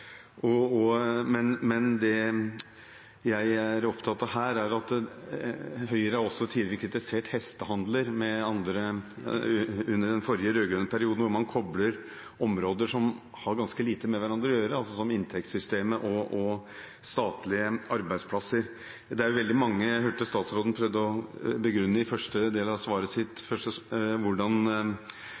Det jeg er opptatt av her, er at Høyre tidligere har kritisert hestehandel – under den forrige, rød-grønne perioden – hvor man kobler områder som har ganske lite med hverandre å gjøre, som inntektssystemet og statlige arbeidsplasser. Jeg hørte at statsråden i første del av svaret sitt prøvde å begrunne hvordan sammenhengen er. Det er veldig mange andre faktorer i